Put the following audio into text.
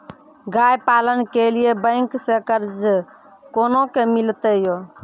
गाय पालन के लिए बैंक से कर्ज कोना के मिलते यो?